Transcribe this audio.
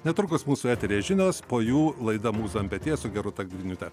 netrukus mūsų eteryje žinos po jų laida mūza ant peties su gerūta griniūte